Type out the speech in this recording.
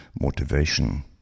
motivation